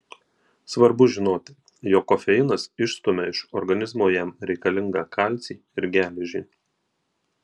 svarbu žinoti jog kofeinas išstumia iš organizmo jam reikalingą kalcį ir geležį